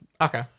Okay